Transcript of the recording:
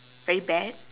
very bad